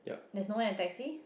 there's no one in a taxi